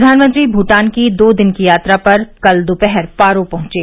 प्रधानमंत्री भूटान की दो दिन की यात्रा पर कल दोपहर पारो पहंचे